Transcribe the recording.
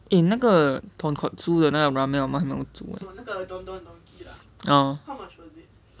eh 那个 tonkatsu 的那个 ramen 我们还没有煮